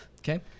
Okay